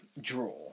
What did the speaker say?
draw